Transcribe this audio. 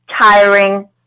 tiring